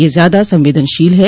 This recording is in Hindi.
यह ज्यादा संवेदनशील हैं